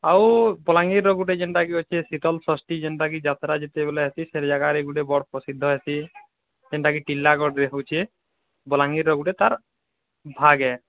ଆଉ ବଲାଙ୍ଗୀରର ଗୁଟେ ଯେନ୍ତା କି ଅଛି ଶୀତଲ୍ ଷଷ୍ଟି ଯେନ୍ତା କି ଯାତ୍ରା ଯେତେବେଲେ ଅଛି ସେ ଜାଗାରେ ଗୁଟେ ବଡ଼ ପ୍ରସିଦ୍ଧ ହେଷୀ ଯେନ୍ତା କି ବଲାଙ୍ଗୀର୍ ର ଗୁଟେ ତାର୍ ଭାଗ୍ ହେଁ